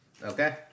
Okay